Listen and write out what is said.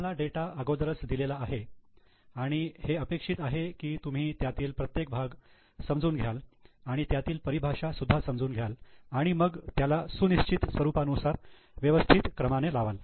तुम्हाला डेटा अगोदरच दिलेला आहे आणि हे अपेक्षित आहे की तुम्ही त्यातील प्रत्येक भाग समजून घ्याल आणि त्यातील परिभाषा सुद्धा समजून घ्याल आणि मग त्याला सुनिश्चित स्वरूपानुसार व्यवस्थित क्रमाने लावाल